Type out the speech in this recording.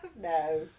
No